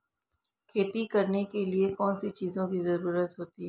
खेती करने के लिए कौनसी चीज़ों की ज़रूरत होती हैं?